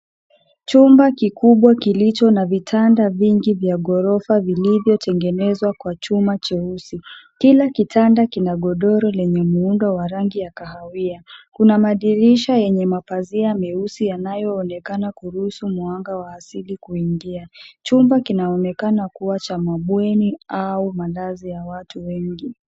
Chumba kikubwa kilicho na vitanda vingi vya ghorofa vilivyotengenezwa kwa chuma cheusi. Kila kitanda kina godoro lenye muundo wa rangi ya kahawia. Kuna madirisha yenye mapazia meusi yanayoonekana kuruhusu mwanga wa asili kuingia. Chumba kinaonekana kuwa cha mabweni au malazi ya watu wengi.